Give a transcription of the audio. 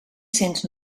cents